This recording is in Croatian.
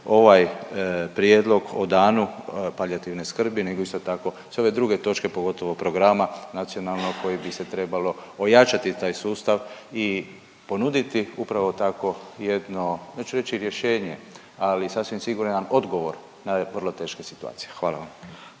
ovaj prijedlog o danu palijativne skrbi nego isto tako sve ove druge točke, pogotovo programa nacionalnog kojim bi se trebao ojačati taj sustav i ponuditi upravo takvo jedno, neću reći rješenje, ali sasvim siguran jedan odgovor na vrlo teške situacije, hvala vam.